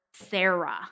Sarah